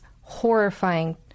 horrifying